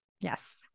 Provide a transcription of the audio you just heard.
Yes